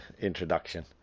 introduction